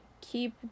keep